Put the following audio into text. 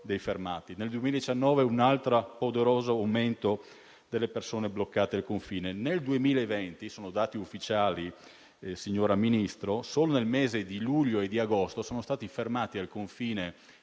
dei fermati; nel 2019 un altro poderoso aumento delle persone bloccate al confine; nel 2020 - sono dati ufficiali, signor Ministro - solo nel mese di luglio e di agosto sono stati fermati al confine